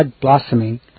Blossoming